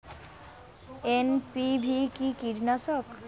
NPV কি কীটনাশক?